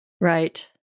Right